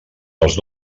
els